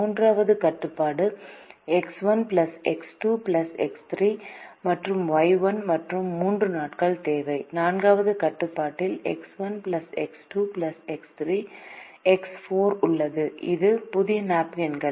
மூன்றாவது கட்டுப்பாடு x 1 x 2 x 3 மற்றும் ஒய் 1 மற்றும் 3 நாட்கள் தேவை நான்காவது கட்டுப்பாட்டில் x 1 x 2 x 3 x 4X1X2X3X4 உள்ளது இது புதிய நாப்கின்கள்